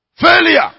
failure